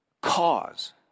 cause